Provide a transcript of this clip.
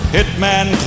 Hitman